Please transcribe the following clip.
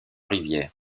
rivières